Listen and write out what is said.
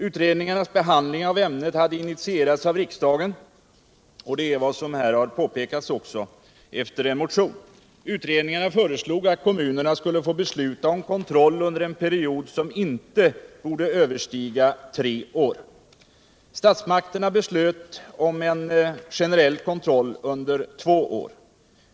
Utredningarnas behandling av ämnet hade initierats av riksdagen — vilket här har påpekats — efter en motion. Utredningarna föreslog att kommunerna skulle få besluta om kontroll under en period som inte borde överstiga tre år. Statsmakterna beslöt om en generell kontroll under två år.